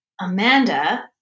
Amanda